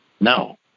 no